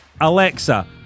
Alexa